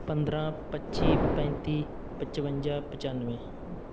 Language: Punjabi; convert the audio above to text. ਪੰਦਰਾਂ ਪੱਚੀ ਪੈਂਤੀ ਪਚਵੰਜਾ ਪਚਾਨਵੇਂ